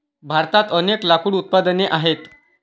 भारतात अनेक लाकूड उत्पादने आहेत